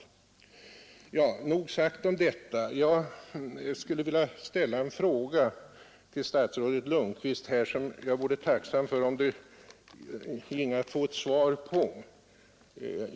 Nog sagt om detta. Jag skulle vilja ställa en fråga till statsrådet Lundkvist, som jag vore tacksam om han ville besvara.